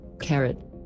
Carrot